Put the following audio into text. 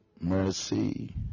mercy